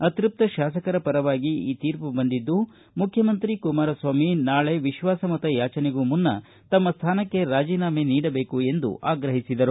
ಅತೃಪ್ತ ಶಾಸಕರ ಪರವಾಗಿ ಈ ತೀರ್ಮ ಬಂದಿದ್ದು ಮುಖ್ಯಮಂತ್ರಿ ಕುಮಾರಸ್ವಾಮಿ ನಾಳೆ ವಿಶ್ವಾಸ ಮತ ಯಾಜನೆಗೂ ಮುನ್ನ ತಮ್ಮ ಸ್ಥಾನಕ್ಕೆ ರಾಜೀನಾಮೆ ನೀಡಬೇಕು ಎಂದು ಆಗ್ರಹಿಸಿದರು